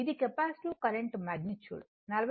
ఇది capacitive current magnitude 43